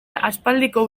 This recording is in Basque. aspaldiko